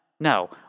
No